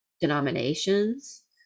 denominations